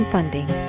Funding